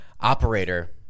operator